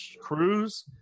Cruz